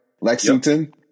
Lexington